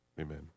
amen